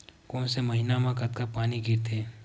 कोन से महीना म कतका पानी गिरथे?